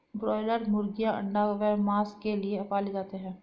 broiler मुर्गीयां अंडा व मांस के लिए पाले जाते हैं